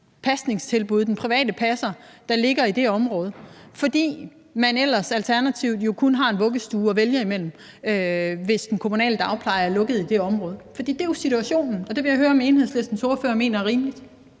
pasningstilbud hos den private passer, der ligger i området? For ellers har man som alternativ jo kun en vuggestue at vælge imellem, hvis den kommunale dagpleje er lukket i det område. Det er jo situationen, og det vil jeg høre om Venstres ordfører mener er rimeligt.